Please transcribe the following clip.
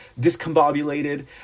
discombobulated